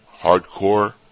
Hardcore